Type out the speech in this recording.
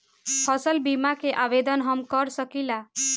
फसल बीमा के आवेदन हम कर सकिला?